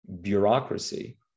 bureaucracy